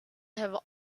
have